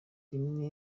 rimwe